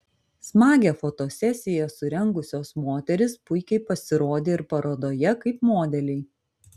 smagią fotosesiją surengusios moterys puikiai pasirodė ir parodoje kaip modeliai